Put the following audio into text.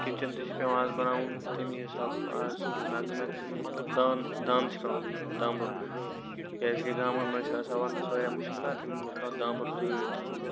kitchen تہِ چھُ پیٚوان بَناوُن آز تمے حِساب آز نَتہٕ میکسِمَم مَطلَب دان دان چھُ پیٚوان تَتہِ بَناوُن دامبُر کیازِ کہِ گامَن مَنٛز چھ آسان وَندَس واریاہ مُشکِلات یِمَن چھُ پیٚوان دامبُر ضروٗری تھاوُن